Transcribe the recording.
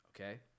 okay